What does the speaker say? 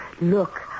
look